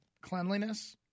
cleanliness